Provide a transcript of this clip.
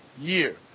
year